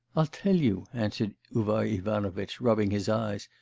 i'll tell you answered uvar ivanovitch, rubbing his eyes,